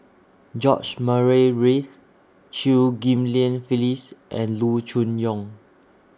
George Murray Reith Chew Ghim Lian Phyllis and Loo Choon Yong